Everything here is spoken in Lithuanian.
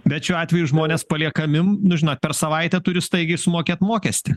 bet šiuo atveju žmonės paliekami nu žinot per savaitę turi staigiai sumokėt mokestį